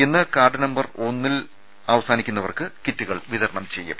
ഇന്ന് card number ഒന്നിൽ അവസാനിക്കുന്നവർക്ക് കിറ്റുകൾ വിതരണം ചെയ്യും